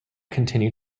continued